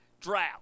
drought